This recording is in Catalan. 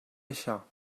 això